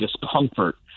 discomfort